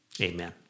Amen